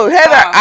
Heather